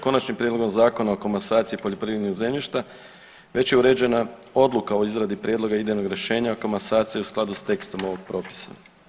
Konačnim prijedlogom Zakona o komasaciji poljoprivrednog zemljišta već je uređena odluka o izradi prijedloga idejnog rješenja o komasaciji u skladu s tekstom ovog propisa.